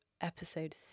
Episode